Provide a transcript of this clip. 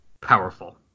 powerful